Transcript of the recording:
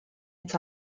its